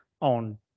on